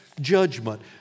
judgment